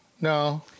no